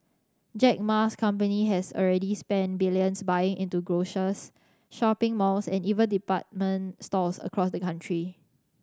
Jack Ma's company has already spent billions buying into grocers shopping malls and even department stores across the country